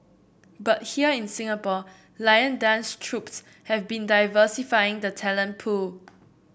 but here in Singapore lion dance troupes have been diversifying the talent pool